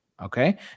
Okay